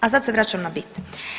A sad se vraćam na bit.